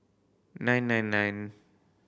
nine nine nine